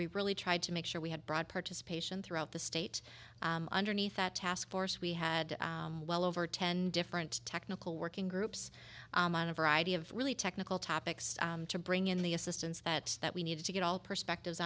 we really tried to make sure we had broad participation throughout the state underneath the task force we had well over ten different technical working groups on a variety of really technical topics to bring in the assistance that that we needed to get all perspectives